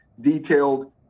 detailed